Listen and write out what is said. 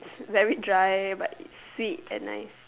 very dry but is sweet and nice